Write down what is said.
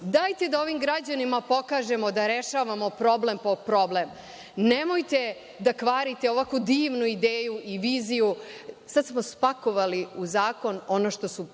Dajte da ovim građanima pokažemo da rešavamo problem po problem. Nemojte da kvarite ovako divnu ideju i viziju, sada smo spakovali u zakon ono što smo